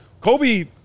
Kobe